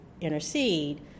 intercede